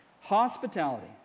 Hospitality